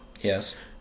yes